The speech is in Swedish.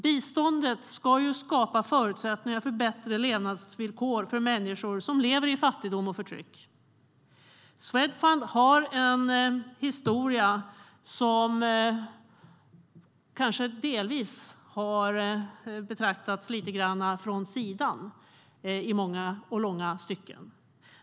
Biståndet ska skapa förutsättningar för bättre levnadsvillkor för människor som lever i fattigdom och förtryck. Swedfund har en historia som kanske delvis har betraktats lite grann från sidan i många och långa stycken.